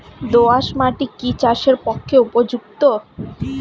দোআঁশ মাটি কি চাষের পক্ষে উপযুক্ত?